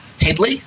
Headley